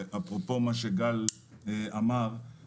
אפרופו מה שגל אמר,